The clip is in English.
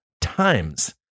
times